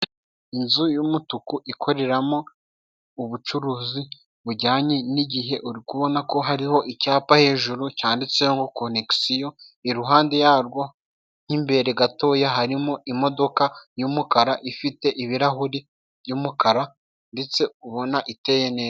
Inzu y'umutuku ikoreramo ubucuruzi bujyanye n'igihe, uri kubona ko hariho icyapa hejuru cyanditseho konegisiyo, iruhande yarwo nk'imbere gatoya harimo imodoka y'umukara, ifite ibirahuri by'umukara ndetse ubona iteye neza.